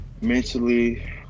Mentally